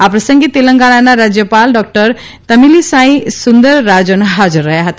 આ પ્રસંગે તેલંગણાના રાજ્યપાલ ડોકટર તમીલીસાઈ સુંદરરાજન હાજર રહયા હતા